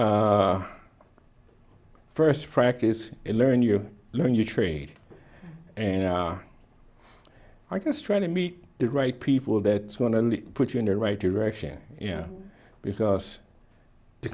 in first practice and learn you learn your trade and i guess trying to meet the right people that want to put you in the right direction yeah because the